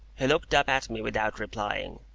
he looked up at me without replying,